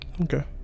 Okay